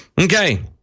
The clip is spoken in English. Okay